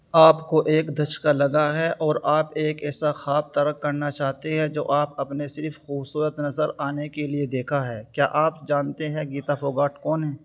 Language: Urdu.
آپ کو ایک دھچکا لگا ہے اور آپ ایک ایسا خواب ترک کرنا چاہتے ہیں جو آپ اپنے صرف خوبصورت نظر آنے کے لیے دیکھا ہے کیا آپ جانتے ہیں گیتا پھوگاٹ کون ہے